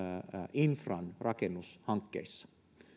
infran rakennushankkeissa